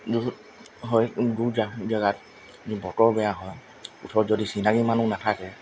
দূৰ হয় দূৰ জেগাত যদি বতৰ বেয়া হয় ওচৰত যদি চিনাকি মানুহ নাথাকে